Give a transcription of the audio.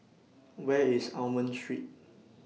Where IS Almond Street